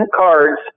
cards